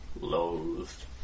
Loathed